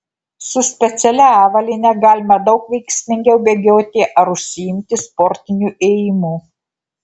su specialia avalyne galima daug veiksmingiau bėgioti ar užsiimti sportiniu ėjimu